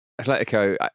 Atletico